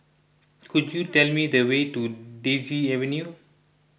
could you tell me the way to Daisy Avenue